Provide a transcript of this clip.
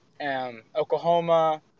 Oklahoma